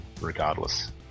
regardless